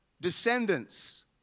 descendants